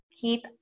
Keep